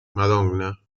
madonna